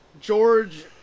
George